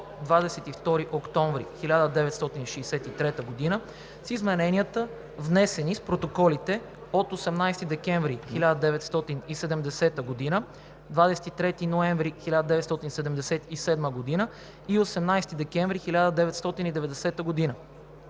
22 октомври 1963 г. (с измененията, внесени с протоколите от 18 декември 1970 г., 23 ноември 1977 г. и 18 декември 1990 г.) и на